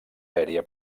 aèria